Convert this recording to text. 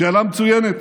שאלה מצוינת,